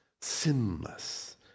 sinless